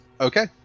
Okay